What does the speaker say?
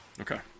Okay